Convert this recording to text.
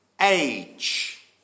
age